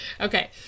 Okay